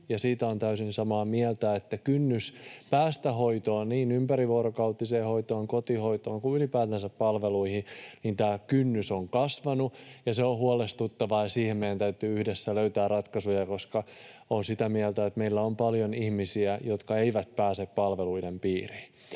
siitä olen täysin samaa mieltä, että kynnys päästä hoitoon, niin ympärivuorokautiseen hoitoon, kotihoitoon kuin ylipäätänsä palveluihin, on kasvanut, ja se on huolestuttavaa, ja siihen meidän täytyy yhdessä löytää ratkaisuja, koska olen sitä mieltä, että meillä on paljon ihmisiä, jotka eivät pääse palveluiden piiriin.